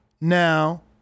now –